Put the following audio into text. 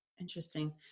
Interesting